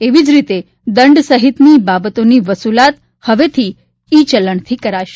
એવી જ રીતે દંડ સહિતની બાબતોની વસૂલાત હવેથી ઇ ચલણથી કરાશે